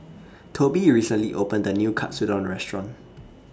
Tobi recently opened A New Katsudon Restaurant